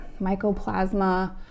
Mycoplasma